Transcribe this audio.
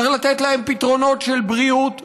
צריך לתת להם פתרונות של בריאות ורווחה.